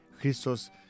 Christos